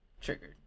triggered